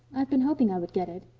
i've been hoping i would get it.